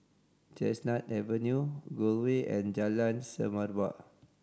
Chestnut Avenue Gul Way and Jalan Semerbak